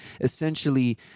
essentially